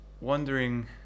wondering